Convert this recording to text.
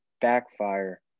backfire